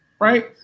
Right